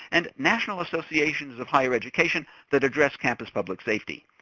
and national associations of higher education that address campus public safety.